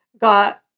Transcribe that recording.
got